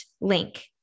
link